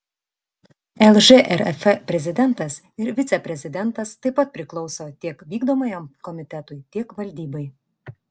lžrf prezidentas ir viceprezidentas taip pat priklauso tiek vykdomajam komitetui tiek valdybai